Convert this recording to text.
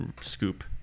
scoop